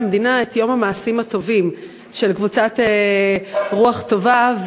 המדינה את יום המעשים הטובים של קבוצת "רוח טובה".